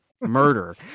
murder